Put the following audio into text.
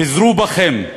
חזרו בכם.